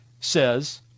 says